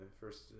first